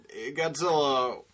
Godzilla